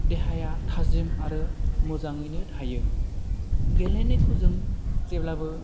देहाया थाजिम आरो मोजाङैनो थायो गेलेनायखौ जों जेब्लाबो